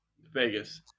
Vegas